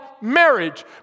marriage